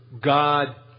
God